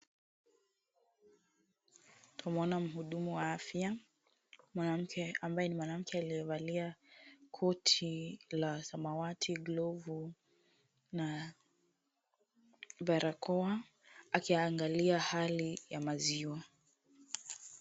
Tunaona mhudumu wa afya, mwanamke, ambaye ni mwanamke aliyevalia koti la samawati, glavu na barakoa, akiangalia hali ya maziwa.